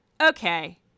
Okay